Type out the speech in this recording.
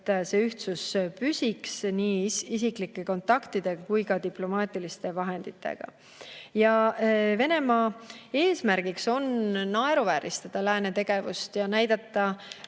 et see ühtsus püsiks nii isiklike kontaktide kui ka diplomaatiliste vahendite abil. Venemaa eesmärk on naeruvääristada lääne tegevust ja näidata